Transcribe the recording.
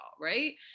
right